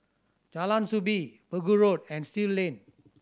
Jalan Soo Bee Pegu Road and Still Lane